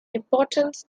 importance